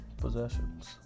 possessions